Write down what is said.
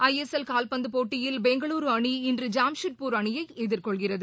ஐ S L காவ்பந்தபோட்டியில் பெங்களுருஅணி இன்று ஜம்ஷெட்பூர் அணியைஎதிர்கொள்கிறது